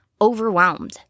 overwhelmed